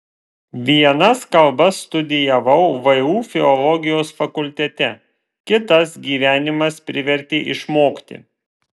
vienas kalbas studijavau vu filologijos fakultete kitas gyvenimas privertė išmokti